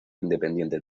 independiente